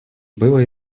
было